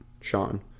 Sean